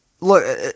look